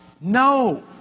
No